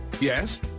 Yes